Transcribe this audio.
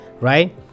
right